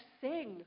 sing